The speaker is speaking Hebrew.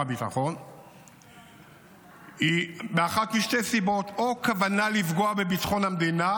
הביטחון באחת משתי סיבות: או כוונה לפגוע בביטחון המדינה,